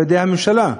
בידי הממשלה.